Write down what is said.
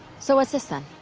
so, what's this then?